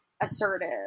assertive